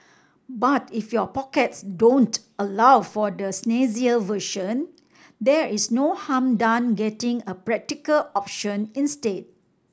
but if your pockets don't allow for the snazzier version there is no harm done getting a practical option instead